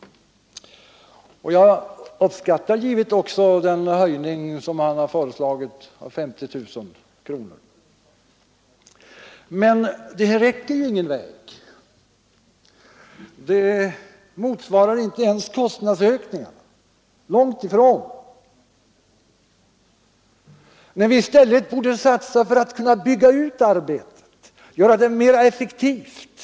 Jag uppskattar givetvis också den höjning om 50 000 kronor som han har föreslagit. Men det räcker ju inte alls. Det motsvarar inte ens kostnadsökningarna — långt därifrån — i ett läge där vi i stället borde satsa för att bygga ut arbetet och göra det mera effektivt.